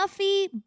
Muffy